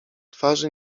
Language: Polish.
twarzy